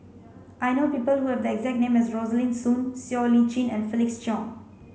I know people who have the exact name as Rosaline Soon Siow Lee Chin and Felix Cheong